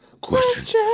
Questions